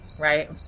right